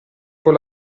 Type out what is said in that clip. con